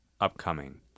upcoming